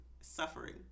Suffering